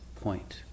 point